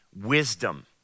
wisdom